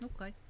Okay